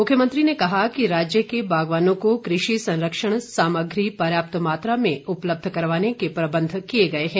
मुख्यमंत्री ने कहा कि राज्य के बागवानों को कृषि संरक्षण सामग्री पर्याप्त मात्रा में उपलब्ध करवाने के प्रबंध किए गए हैं